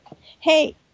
hey